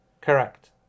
correct